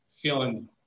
feeling